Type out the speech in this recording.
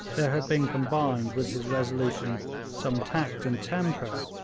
there had been combined with his resolution some tact and temper,